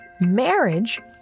Marriage